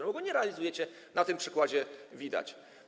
Nie realizujecie, na tym przykładzie widać.